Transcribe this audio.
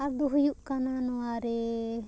ᱟᱫᱚ ᱦᱩᱭᱩᱜ ᱠᱟᱱᱟ ᱱᱚᱣᱟ ᱨᱮ